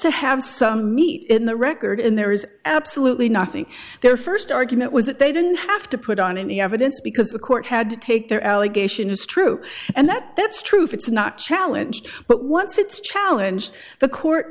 to have some meat in the record and there is absolutely nothing there first argument was that they didn't have to put on any evidence because the court had to take their allegation is true and that that's true for it's not challenge but once it's challenge the court